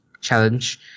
challenge